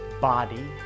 body